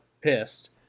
pissed